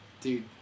Dude